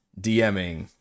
DMing